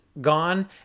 gone